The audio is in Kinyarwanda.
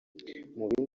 bindi